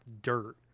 dirt